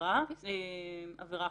עבירה חוזרת.